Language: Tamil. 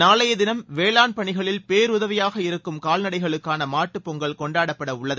நாளைய தினம் வேளாண் பணிகளில் பேருதவியாக இருக்கும் கால்நடைகளுக்கான மாட்டுப்பொங்கல் கொண்டாடப்பட உள்ளது